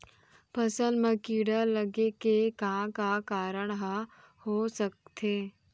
फसल म कीड़ा लगे के का का कारण ह हो सकथे?